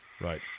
Right